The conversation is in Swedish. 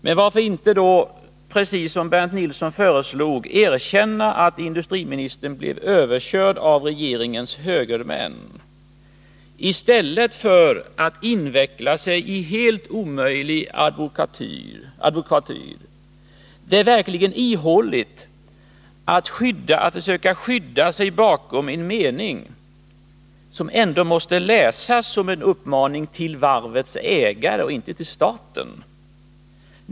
Men varför erkänner inte industriministern då, precis som Bernt Nilsson föreslog, att han blev överkörd av regeringens högermän, i stället för att inveckla sig i en helt omöjlig advokatyr? Det är verkligen ihåligt att försöka skydda sig bakom en mening som ändå måste läsas som en uppmaning till varvets ägare och inte till staten.